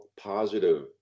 positive